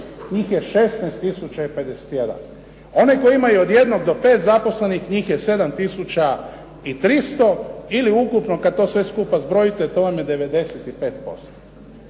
tisuća i 51. One koje imaju od jednog do 5 zaposlenih, njih je 7 tisuća i 300, ili ukupno kad to sve skupa zbrojite to vam je 95%.